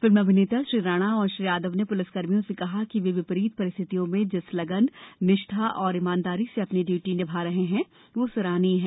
film अभिनेता श्री राणा और श्री यादव ने प्लिस कर्मियों से कहा कि वे विपरीत परिस्थितियों में जिस ला न निष्ठा और ईमानदारी से अपनी ड्यूटी निभा रहे हैं वह सराहनीय है